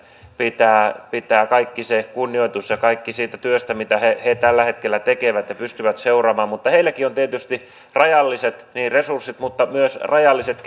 pitää antaa kaikki se kunnioitus siitä työstä mitä he tällä hetkellä tekevät ja pystyvät seuraamaan mutta heilläkin on tietysti rajalliset resurssit mutta myös rajalliset